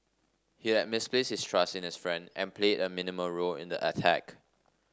he had misplaced his trust in his friend and played a minimal role in the attack